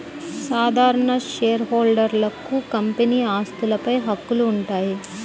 సాధారణ షేర్హోల్డర్లకు కంపెనీ ఆస్తులపై హక్కులు ఉంటాయి